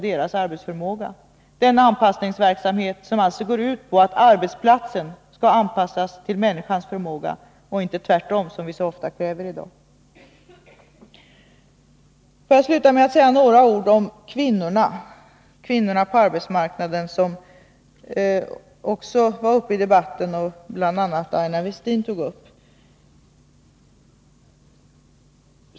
Jag tänker på den anpassningsverksamhet som går ut på att arbetsplatsen skall anpassas till människans förmåga och inte tvärtom, som vi så ofta kräver i dag. Får jag så avsluta med att säga några ord om kvinnorna på arbetsmarknaden, vilket också var uppe i debatten och togs upp av bl.a. Aina Westin.